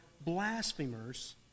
blasphemers